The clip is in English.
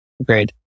Agreed